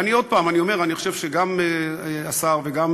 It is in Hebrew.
ועוד פעם אני אומר: אני חושב שגם השר וגם